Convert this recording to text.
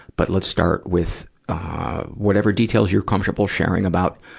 but let's start with whatever details you're comfortable sharing about